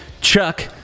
Chuck